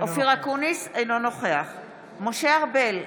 אינו נוכח משה ארבל,